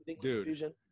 dude